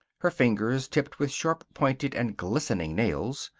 her fingers, tipped with sharp-pointed and glistening nails,